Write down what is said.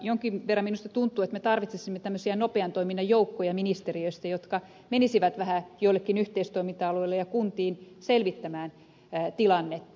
jonkin verran minusta tuntuu että me tarvitsisimme ministeriöstä tämmöisiä nopean toiminnan joukkoja jotka menisivät vähän joillekin yhteistoiminta alueille ja kuntiin selvittämään tilannetta